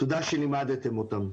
תודה שלימדתם אותם.